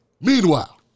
Meanwhile